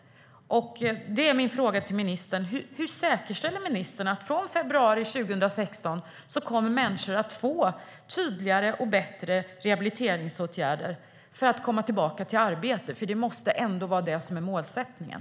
Då är min fråga till ministern: Hur säkerställer ministern att människor från februari 2016 kommer att få tydligare och bättre rehabiliteringsåtgärder för att komma tillbaka i arbete? Det måste ändå vara det som är målsättningen.